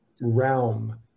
realm